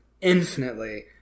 infinitely